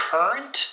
Current